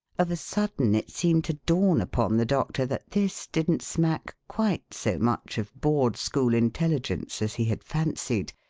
of a sudden it seemed to dawn upon the doctor that this didn't smack quite so much of board school intelligence as he had fancied,